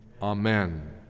Amen